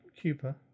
Cuba